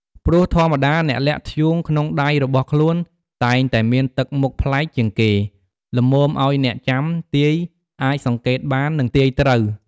ព្រោះធម្មតាអ្នកលាក់ធ្យូងក្នុងដៃរបស់ខ្លួន តែងតែមានទឹកមុខប្លែកជាងគេ ល្មមឲ្យអ្នក ចាំទាយអាចសង្កេតបាន និងទាយត្រូវ។